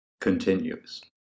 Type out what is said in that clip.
Continues